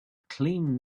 clean